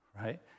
right